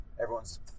everyone's